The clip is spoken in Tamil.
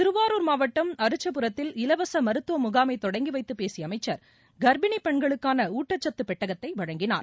திருவாரூர் மாவட்டம் அரிச்சபுரத்தில் இலவச மருத்துவ முகாமை தொடங்கிவைத்து பேசிய அமைச்சர் கர்ப்பிணி பெண்களுக்கான ஊட்டச்சத்து பெட்டகத்தை வழங்கினார்